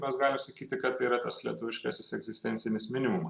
mes galim sakyti kad yra tas lietuviškasis egzistencinis minimumas